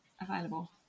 available